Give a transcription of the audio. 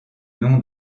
nom